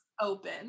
Open